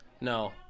No